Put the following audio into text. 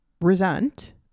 resent